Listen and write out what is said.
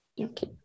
Okay